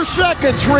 seconds